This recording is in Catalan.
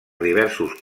diversos